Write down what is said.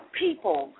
people